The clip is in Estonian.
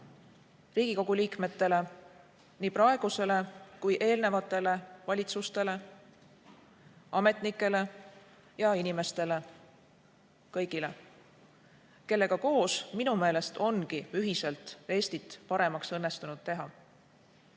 Riigikogu liikmetele, nii praegustele kui ka eelnevatele valitsusliikmetele, ametnikele ja teistele inimestele – kõigile, kellega koos minu meelest ongi ühiselt Eestit paremaks õnnestunud teha!